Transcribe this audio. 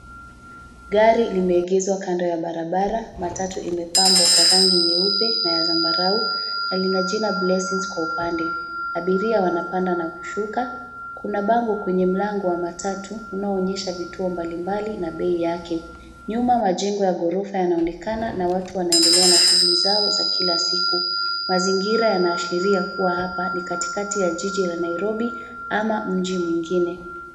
Gari limeegezwa kando ya barabara matatu imepambwa kwa rangi nyeupe na ya zambarau na lina jina Blessings kwa upande. Abiria wanapanda na kushuka, kuna bango kwenye mlango wa matatu unaoonyesha vituo mbalimbali na bei yake. Nyuma majengo ya ghorofa yanaonekana na watu wanaendelea na shughuli zao za kila siku. Mazingira yanaashiria kuwa hapa ni katikati ya jiji la Nairobi ama mji mwingine.